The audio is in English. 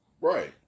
Right